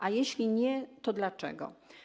A jeśli nie, to dlaczego?